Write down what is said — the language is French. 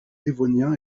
dévonien